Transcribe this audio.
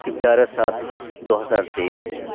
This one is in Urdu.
گیارہ سات دو ہزار تیئس